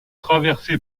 traversée